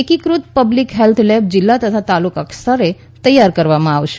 એકીકૃત public health lab જીલ્લા તથા તાલુકા સ્તરે તૈયાર કરવામાં આવશે